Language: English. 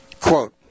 quote